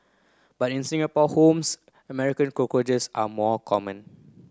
but in Singapore homes American cockroaches are more common